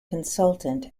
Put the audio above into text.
consultant